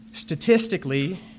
Statistically